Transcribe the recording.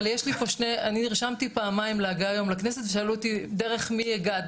אבל אני נרשמתי פעמיים לכנסת ושאלו אותי דרך מי הגעת,